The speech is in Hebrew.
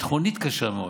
ביטחונית קשה מאוד.